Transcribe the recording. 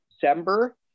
December